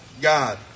God